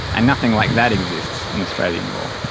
and nothing like that exists in australian law.